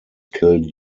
killed